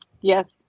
Yes